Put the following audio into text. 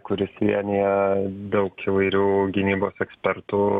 kuris vienija daug įvairių gynybos ekspertų